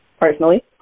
personally